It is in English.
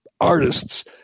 artists